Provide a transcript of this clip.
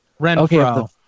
Renfro